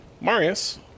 marius